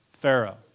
Pharaoh